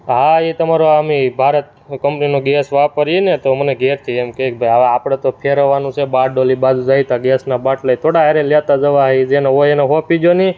હા એ તમારો આ અમે ભારત કંપનીનો ગેસ વાપરીએ ને તો મને ઘરેથી એમ કહે કે ભાઈ હવે આપણે તો ફેરવવાનું છે બારડોલી બાજુ જઈએ ત્યાં ગેસના બાટલાય થોડા હારે લેતા જવાય જેનો હોય એનો સોંપી દો ને